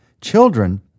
Children